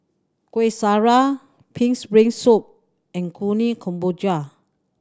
Kueh Syara Pig's Brain Soup and Kuih Kemboja